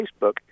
Facebook